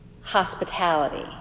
hospitality